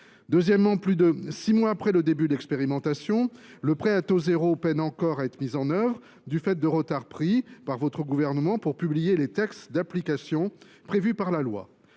outre, plus de six mois après le début de l’expérimentation, le PTZ peine encore à être mis en œuvre, du fait du retard pris par le Gouvernement pour publier les textes d’application prévus par la loi.